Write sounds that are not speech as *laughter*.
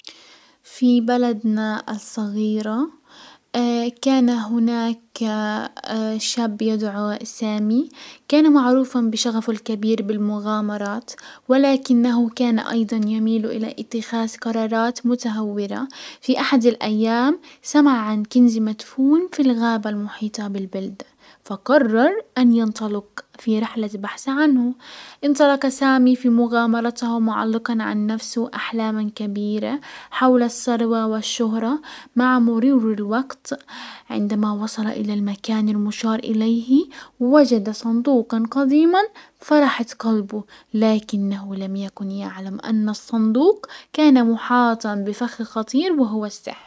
في بلدنا الصغيرة *hesitation* كان هناك *hesitation* شاب يدعو سامي، كان معروفا بشغفه الكبير بالمغامرات، ولكنه كان ايضا يميل الى اتخاذ قرارات متهورة. في احد الايام سمع عن كنز مدفون في الغابة المحيطة بالبلدة، فقرر ان ينطلق في رحلة بحث عنه. انطلق سامي في مغامرته معلقا عن نفسه احلاما كبيرة حول السروة والشهرة مع مرور الوقت، عندما وصل الى المكان المشار اليه وجد صندوقا قديما فرحة قلبه، لكنه لم يكن يعلم ان الصندوق كان محاطا بفخ خطير وهو السحر.